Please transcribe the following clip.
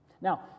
Now